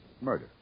Murder